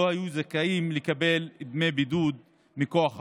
היו זכאים לקבל דמי בידוד מכוח החוק.